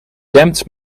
dempt